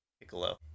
Piccolo